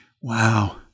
Wow